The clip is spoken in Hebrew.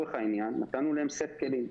לצורך העניין, נתנו להם סט כלים.